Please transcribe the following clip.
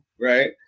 right